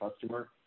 customer